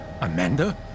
Amanda